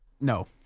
No